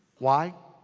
why?